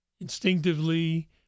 instinctively